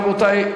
רבותי,